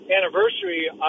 anniversary